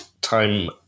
time